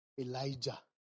Elijah